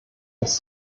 dass